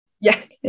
Yes